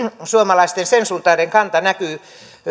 sensuuntainen kanta näkyy